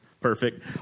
Perfect